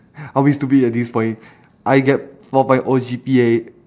I'll be stupid at this point I get four point O G_P_A